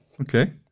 okay